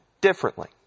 differently